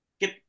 get